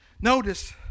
notice